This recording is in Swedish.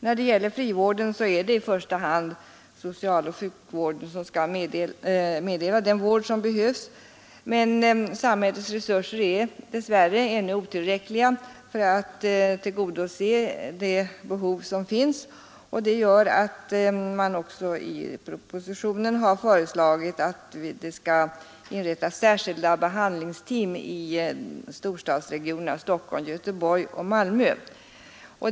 När det gäller frivården är det i första hand socialoch sjukvården som skall ge den vård som behövs, men samhällets resurser är dess värre ännu otillräckliga för att tillgodose det behov som finns. Därför har i propositionen föreslagits att det skall inrättas särskilda behandlingsteam i storstadsregionerna Stockholm, Göteborg och Malmö.